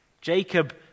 Jacob